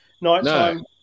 nighttime